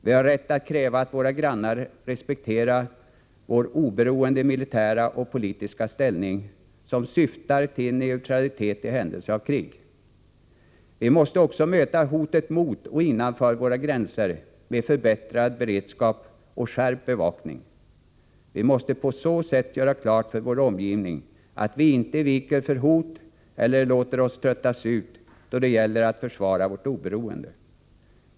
Vi har rätt att kräva att våra grannar respekterar vår oberoende militära och politiska ställning som syftar till neutralitet i händelse av krig. Vi måste också möta hotet mot och innanför våra gränser med förbättrad beredskap och skärpt bevakning. Vi måste på så sätt göra klart för vår omgivning att vi inte viker för hot eller låter oss tröttas ut då det gäller att försvara vårt oberoende.